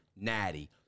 Natty